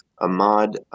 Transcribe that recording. Ahmad